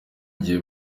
gihe